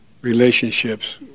relationships